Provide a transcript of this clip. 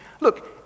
Look